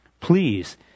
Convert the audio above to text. please